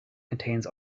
contains